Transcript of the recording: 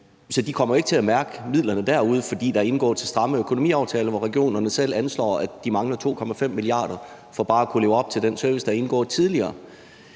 de kommer jo ikke til at mærke midlerne derude, fordi der er indgået så stramme økonomiaftaler, hvor regionerne selv anslår, at de mangler 2,5 mia. kr. for bare at kunne leve op til den service, der tidligere